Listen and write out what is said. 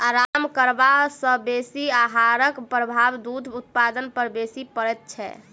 आराम करबा सॅ बेसी आहारक प्रभाव दूध उत्पादन पर बेसी पड़ैत छै